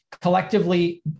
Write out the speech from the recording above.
Collectively